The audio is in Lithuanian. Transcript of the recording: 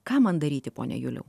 ką man daryti pone juliau